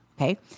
Okay